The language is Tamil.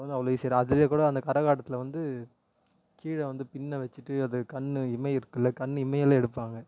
அவ்வளோ அவ்வளோ ஈஸியாக அதிலேயே கூட அந்த கரகாட்டத்தில் வந்து கீழே வந்து பின்னை வச்சுட்டு அது கண் இமை இருக்குதுல கண் இமையில் எடுப்பாங்க